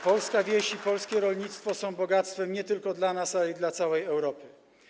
Polska wieś i polskie rolnictwo są bogactwem nie tylko dla nas, ale i dla całej Europy.